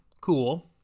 cool